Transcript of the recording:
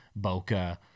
bokeh